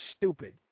stupid